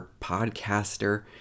podcaster